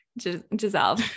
Giselle